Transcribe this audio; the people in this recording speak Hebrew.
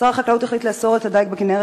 שר החקלאות החליט לאסור את הדיג בכינרת